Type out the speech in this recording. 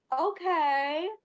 Okay